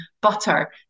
butter